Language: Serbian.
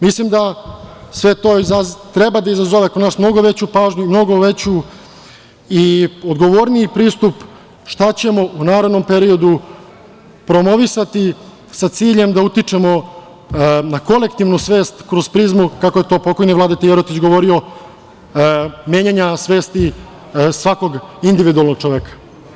Mislim da sve to treba da izazove kod nas mnogo veću pažnju i mnogo odgovorniji pristup šta ćemo u narednom periodu promovisati, sa ciljem da utičemo na kolektivnu svet kroz prizmu, kako je to pokojni Vladeta Jerotić govorio, menjanja svesti svakog individualnog čoveka.